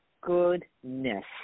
goodness